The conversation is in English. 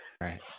Right